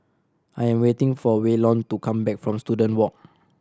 I am waiting for Waylon to come back from Student Walk